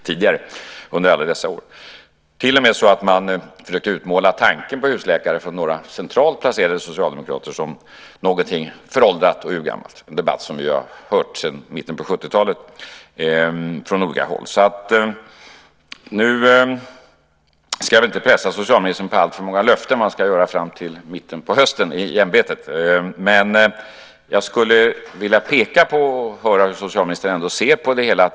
Några centralt placerade socialdemokrater försöker till och med utmåla tanken på husläkare som någonting föråldrat och urgammalt, en debatt som vi har hört sedan mitten på 70-talet från olika håll. Nu ska jag väl inte pressa socialministern på alltför många löften om vad han ska göra fram till mitten på hösten i ämbetet, men jag skulle ändå vilja höra hur socialministern ser på det hela.